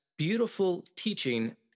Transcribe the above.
beautifulteaching